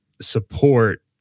support